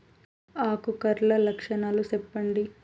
ఆకు కర్ల లక్షణాలు సెప్పండి